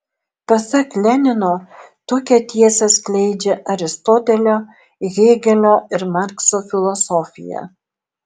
pasak lenino tokią tiesą skleidžia aristotelio hėgelio ir markso filosofija